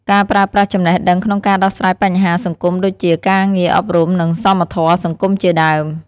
ការប្រើប្រាស់ចំណេះដឹងក្នុងការដោះស្រាយបញ្ហាសង្គមដូចជា ការងារអប់រំ និងសមធម៌សង្គមជាដើម។